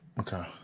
Okay